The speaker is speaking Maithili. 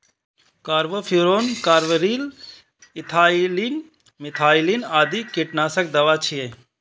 कार्बोफ्यूरॉन, कार्बरिल, इथाइलिन, मिथाइलिन आदि कीटनाशक दवा छियै